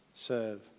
Serve